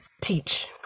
teach